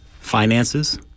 finances